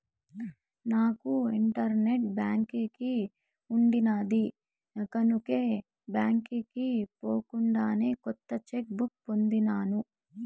నాకు internet banking ఉండిన్నాది కనుకే బాంకీకి పోకుండానే కొత్త చెక్ బుక్ పొందినాను